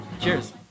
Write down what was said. cheers